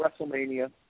WrestleMania